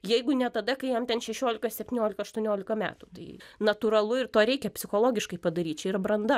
jeigu ne tada kai jam ten šešiolika septyniolika aštuoniolika metų tai natūralu ir to reikia psichologiškai padaryt čia yra branda